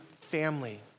family